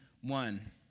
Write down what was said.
one